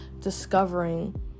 discovering